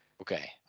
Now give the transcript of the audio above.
Okay